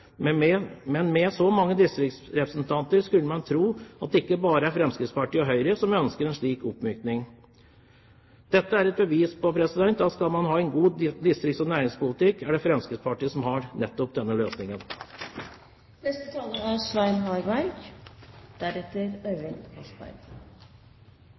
men med så mange distriktsrepresentanter skulle man tro at det ikke bare er Fremskrittspartiet og Høyre som ønsker en slik oppmykning. Dette er et bevis på at skal man ha en god distrikts- og næringspolitikk, er det Fremskrittspartiet som har løsningen. Jeg synes det er